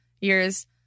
years